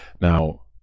Now